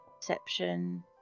perception